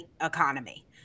economy